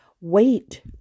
wait